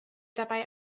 dabei